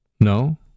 No